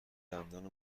دندان